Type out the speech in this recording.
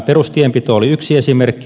perustienpito oli yksi esimerkki